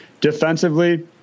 Defensively